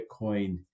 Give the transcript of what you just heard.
Bitcoin